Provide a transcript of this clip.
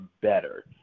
better